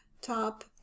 top